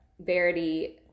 Verity